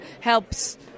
helps